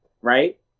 right